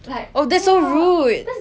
that's so rude